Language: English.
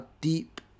deep